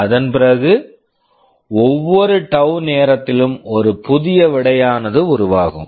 அதன் பிறகு ஒவ்வொரு டவ் tau நேரத்திலும் ஒரு புதிய விடையானது உருவாகும்